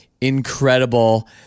incredible